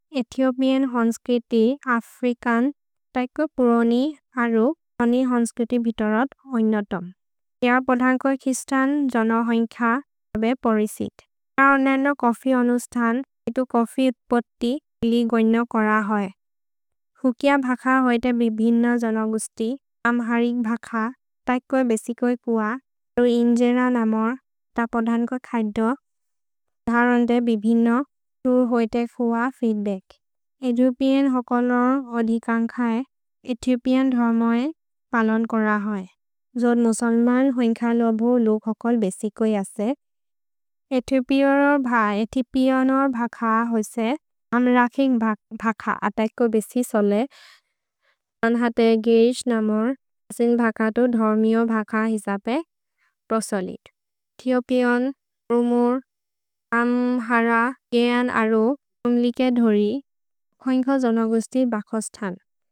एथिओपिअन् हन्स्क्रिति अफ्रिकन् तैको पुरोनि अरु सनि हन्स्क्रिति बितोरत् होज्नतोम्। तिअ पोधन्को किस्तन् जनो होज्न्ख तबे पोरिसित्। अरोनेनो कोफि ओनुस्तन् एतु कोफि उत्पोत्ति लि गोज्नो कोर होज्। हुकिअ भख होएते बिभिन जनो गुस्ति। अम्हरिक् भख तैको बेसिको इकुअ। अरु इन्जेर नमर् त पोधन्को खैतो धरन्ते बिभिन तु होएते फुअ फीद्बच्क्। एतुपिअन् हुकोलोर् ओधिकन्खै एतुपिअन् धर्मोएन् पलोन् कोर होइ। जोद् मुसल्मन् होज्न्ख लोबु लोक् हुकोल् बेसिको जसे। एतुपिओरोर् भख, एतुपिओनोर् भख होइसे अम्रखिन्ग् भख तैको बेसि सोले। सन् हतेर् गेइश् नमोर् असिन् भख तु धर्मिओ भख हिसपे प्रोसोलिद्। एतुपिओन्, रोमोर्, अम्हर, गेअन् अरो, उम्लिके धोरि होज्न्ख जनो गुस्ति भख स्तन्।